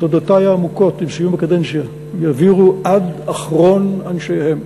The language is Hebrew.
שאת תודותי העמוקות עם סיום הקדנציה יעבירו עד אחרון אנשיהם.